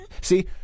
See